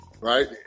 right